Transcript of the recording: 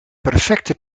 perfecte